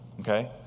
Okay